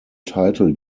title